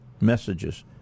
messages